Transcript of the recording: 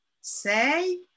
say